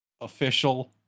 official